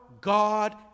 God